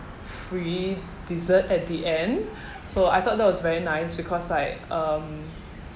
free dessert at the end so I thought that was very nice because like um